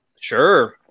Sure